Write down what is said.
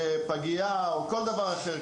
שפגייה או כל דבר אחר,